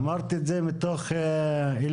אמרתי את זה מתוך אילוץ.